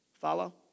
Follow